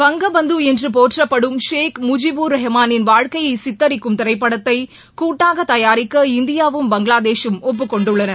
வங்க பந்து என்று போற்றப்படும் ஷேக் முஜிபூர் ரஹமானின் வாழ்க்கையை தயாரிக்க சித்தரிக்கும் திரைப்படத்தை கூட்டாக இந்தியாவும் பங்களாதேஷூம் ஒப்புக்கொண்டுள்ளன